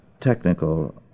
technical